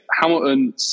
Hamilton